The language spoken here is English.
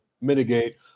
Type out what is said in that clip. mitigate